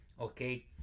Okay